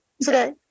today